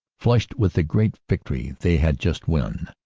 flushed with the great victory they had just won,